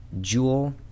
Jewel